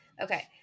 Okay